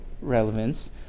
relevance